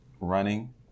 running